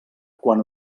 quan